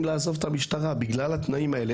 לעזוב את המשטרה בגלל התנאים האלה.